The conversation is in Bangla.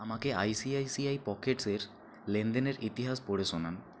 আমাকে আইসিআইসিআই পকেটস এর লেনদেনের ইতিহাস পড়ে শোনান